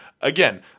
again